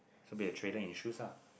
so be a you choose ah